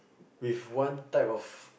with one type of